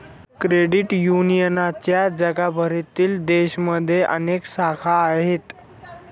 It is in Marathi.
क्रेडिट युनियनच्या जगभरातील देशांमध्ये अनेक शाखा आहेत